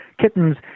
kittens